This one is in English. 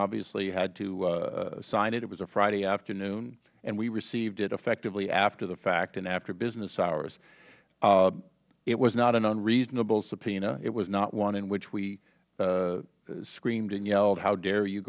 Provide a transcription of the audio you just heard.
obviously had to sign it it was a friday afternoon and we received it effectively after the fact and after business hours it was not an unreasonable subpoena it was not one in which we screamed and yelled how dare you